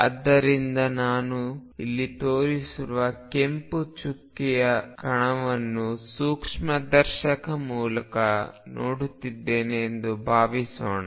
ಆದ್ದರಿಂದ ನಾನು ಇಲ್ಲಿ ತೋರಿಸಿರುವ ಕೆಂಪು ಚುಕ್ಕೆಯ ಕಣವನ್ನು ಸೂಕ್ಷ್ಮದರ್ಶಕ ಮೂಲಕ ನೋಡುತ್ತಿದ್ದೇನೆ ಎಂದು ಭಾವಿಸೋಣ